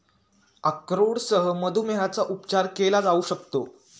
अक्रोडसह मधुमेहाचा उपचार केला जाऊ शकतो